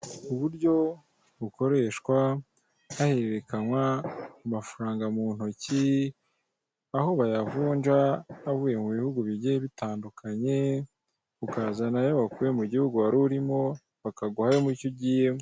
Uburyo bukoreshwa hahererekanywa amafaranga mu ntoki, aho bayavunja avuye mu bihugu bigiye bitandukanye ukazana ayo ukuye mu gihugu wari urimo bakaguha ayo mucyo ugiyemo.